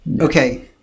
Okay